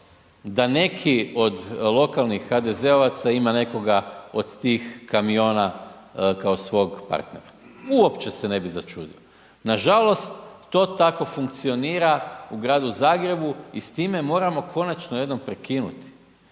da neki od lokalnih HDZ-ovaca ima nekoga od tih kamiona kao svog partnera, uopće se ne bi začudio. Nažalost to tako funkcionira u Gradu Zagrebu i s time moramo konačno jednom prekinuti